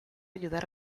ayudar